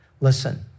Listen